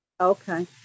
Okay